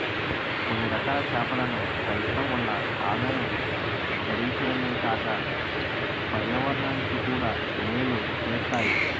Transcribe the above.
కొన్నిరకాల చేపలను పెంచడం వల్ల ఆదాయం గడించడమే కాక పర్యావరణానికి కూడా మేలు సేత్తాయి